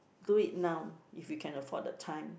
do it now if you can afford the time